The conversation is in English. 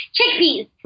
chickpeas